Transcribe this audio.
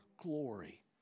glory